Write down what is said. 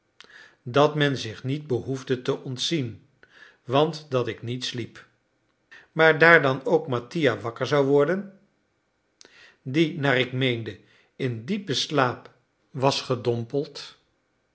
dat men zich niet behoefde te ontzien want dat ik niet sliep maar daar dan ook mattia wakker zou worden die naar ik meende in diepen slaap was gedompeld